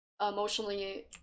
emotionally